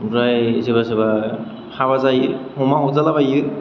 ओमफ्राय सोरबा सोरबा हाबा जायो हमना हरजाला बायो